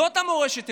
זאת מורשת ירושלים.